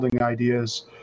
ideas